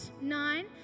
nine